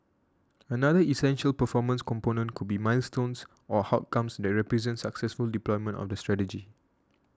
another essential performance component could be milestones or outcomes that represent successful deployment of the strategy